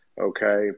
okay